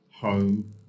Home